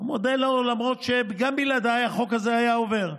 אני מודה לו, למרות שגם בלעדיי החוק הזה היה עובר.